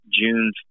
June